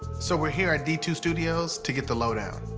so we're here at d two studios to get the lowdown.